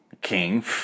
King